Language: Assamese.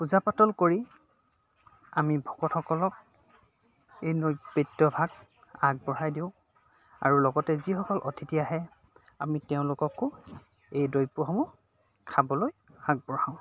পূজা পাতল কৰি আমি ভকতসকলক এই নৈবদ্য ভাগ আগবঢ়াই দিওঁ আৰু লগতে যিসকল অতিথি আহে আমি তেওঁলোককো এই দ্ৰব্যসমূহ খাবলৈ আগবঢ়াওঁ